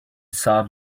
solve